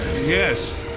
Yes